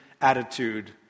attitude